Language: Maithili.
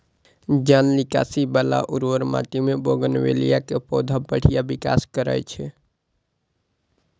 जल निकासी बला उर्वर माटि मे बोगनवेलिया के पौधा बढ़िया विकास करै छै